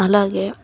అలాగే